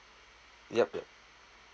yup yup